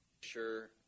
Sure